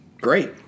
Great